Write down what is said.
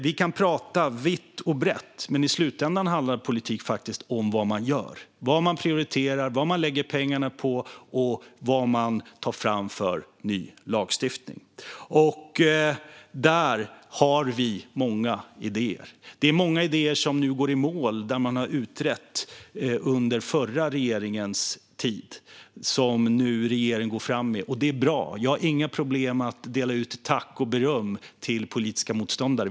Vi kan prata vitt och brett, men i slutändan handlar politik om vad man gör - vad man prioriterar, vad man lägger pengarna på och vilken ny lagstiftning man tar fram. Där har vi många idéer. Det är många idéer som nu går i mål som utreddes under den förra regeringens tid och som den här regeringen nu går fram med. Det är bra. Jag har inga problem med att dela ut tack och beröm till politiska motståndare.